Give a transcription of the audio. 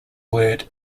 word